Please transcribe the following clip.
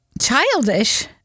childish